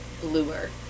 bluer